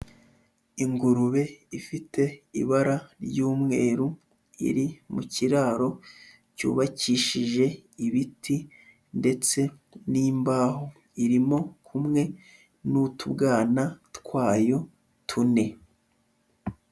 Ingurube ifite ibara ry'umweru, iri mu kiraro cyubakishije ibiti ndetse n'imbaho, irimo kumwe n'utubwana twayo tune.